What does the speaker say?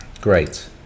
great